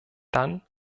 dann